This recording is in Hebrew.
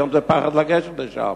היום זה פחד לגשת שם.